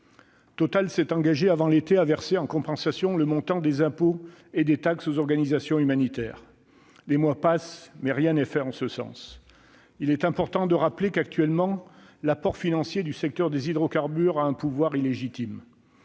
Total s'était engagé, avant l'été, à verser en compensation le montant des impôts et des taxes aux organisations humanitaires. Les mois passent, mais rien n'est fait en ce sens. Il est important de rappeler que, actuellement, l'apport financier du secteur des hydrocarbures à un pouvoir illégitime